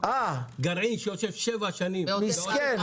גרעין שיושב שבע שנים בעוטף עזה,